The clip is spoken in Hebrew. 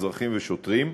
אזרחים ושוטרים.